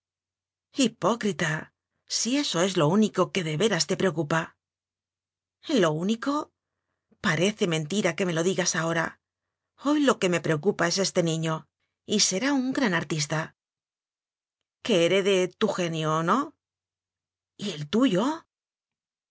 hipócrita si es lo único que de veras te preocupa lo único parece mentira que me lo di gas ahora hoy lo que me preocupa es este niño y será un gran artista que herede tu genio no y el tuyo